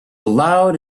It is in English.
loud